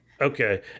Okay